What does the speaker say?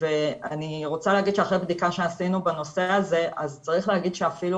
ואני רוצה להגיד שאחרי בדיקה שעשינו בנושא הזה צרך להגיד שאפילו